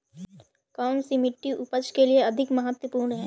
कौन सी मिट्टी उपज के लिए अधिक महत्वपूर्ण है?